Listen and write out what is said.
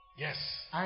Yes